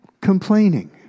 Complaining